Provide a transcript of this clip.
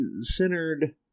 centered